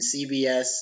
CBS